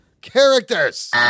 characters